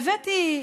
הבאתי,